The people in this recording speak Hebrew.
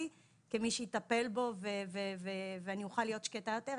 שיהיה מי שיטפל בו ואני אוכל להיות שקטה יותר,